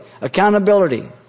accountability